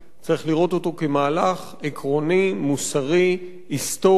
צריך לראות אותו כמהלך עקרוני, מוסרי, היסטורי,